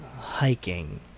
hiking